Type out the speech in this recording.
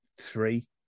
three